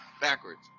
backwards